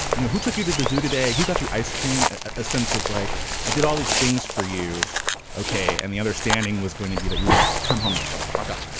you know, who took you to the zoo today, who got you ice cream? a sense of like i did all these things for you okay. and the other standing was going to be that you're gonna come home, shut the fuck up,